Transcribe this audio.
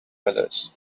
colors